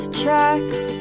tracks